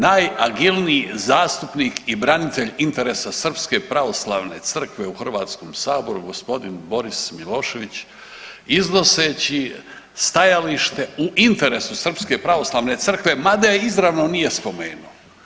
Najagilniji zastupnik i branitelj interesa srpske pravoslavne crkve u Hrvatskom saboru gospodin Boris Milošević iznoseći stajalište u interesu srpske pravoslavne crkve mada je izravno nije spomenuo.